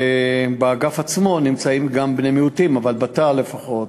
באגף עצמו נמצאים גם בני-מיעוטים, אבל, בתא לפחות.